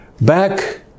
Back